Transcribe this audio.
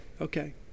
okay